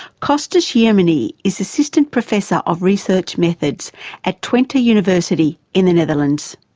kostas gemenis is assistant professor of research methods at twente university in the netherlands.